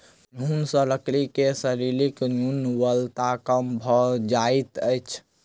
घुन सॅ लकड़ी के शारीरिक गुणवत्ता कम भ जाइत अछि